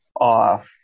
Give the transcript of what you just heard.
off